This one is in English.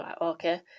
Okay